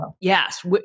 Yes